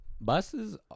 buses